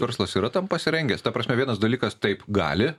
verslas yra tam pasirengęs ta prasme vienas dalykas taip gali